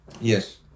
Yes